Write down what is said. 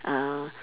uh